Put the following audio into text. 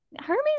Hermes